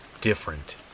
different